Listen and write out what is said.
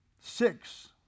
Six